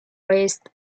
raised